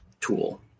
tool